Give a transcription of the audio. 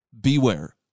Beware